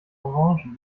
orangen